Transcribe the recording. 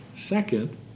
Second